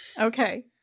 Okay